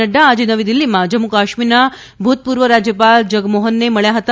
નઙા આજે નવી દીલ્ફીમાં જમ્મુકાશ્મીરના ભૂતપૂર્વ રાજયપાલ જગમોહનને મળ્યા હતા